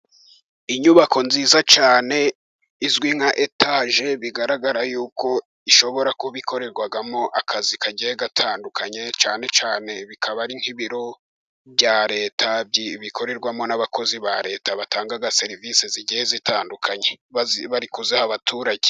Inyubako nziza cyane izwi nka etaje, bigaragara yuko ishobora kuba ikorerwamo akazi kagiye gatandukanye, cyane cyane bikaba ari nk'ibiro bya Leta bikorerwamo n'abakozi ba Leta batanga serivisi zigiye zitandukanye, bari kuziha abaturage.